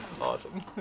Awesome